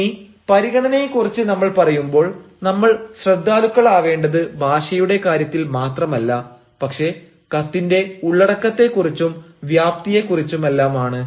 ഇനി പരിഗണനയെക്കുറിച്ച് നമ്മൾ പറയുമ്പോൾ നമ്മൾ ശ്രദ്ധാലുക്കളാവേണ്ടത് ഭാഷയുടെ കാര്യത്തിൽ മാത്രമല്ല പക്ഷേ കത്തിന്റെ ഉള്ളടക്കത്തെ കുറിച്ചും വ്യാപ്തിയെക്കുറിച്ചുമെല്ലാമാണ്